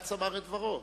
שבג"ץ אמר את דברו.